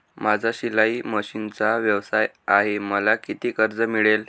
माझा शिलाई मशिनचा व्यवसाय आहे मला किती कर्ज मिळेल?